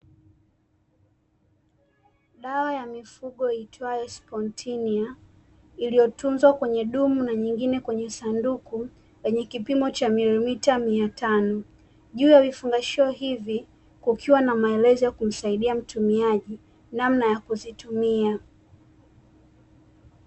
Dawa ya mifugo iitwayo "SPOTINOR", iliyotunzwa kwenye dumu na nyingine kwenye sanduku, lenye kipimo cha milimita miatano. juu ya vifungashio hivi kukiwa na maelezo ya kumsaidia mtumiaji namna ya kuzitumia.